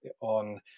on